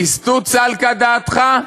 ליסטות סלקא דעתך?